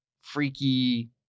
freaky